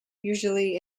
usually